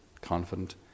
confident